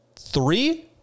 three